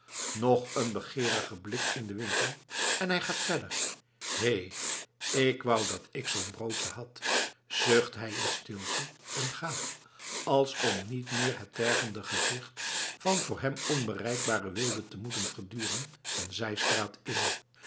nog een begeerigen blik in den winkel en hij gaat verder hè k wou dat ik zoo'n broodje had zucht hij in stilte en gaat als om niet meer het tergende gezicht van voor hem onbereikbare weelde te moeten verduren een zijstraat in